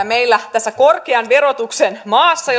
meillä tässä korkean verotuksen maassa